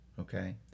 Okay